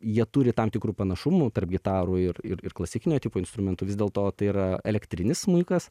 jie turi tam tikrų panašumų tarp gitarų ir ir klasikinio tipo instrumentų vis dėlto tai yra elektrinis smuikas